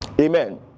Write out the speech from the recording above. amen